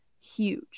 huge